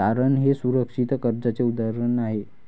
तारण हे सुरक्षित कर्जाचे उदाहरण आहे